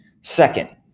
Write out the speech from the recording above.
Second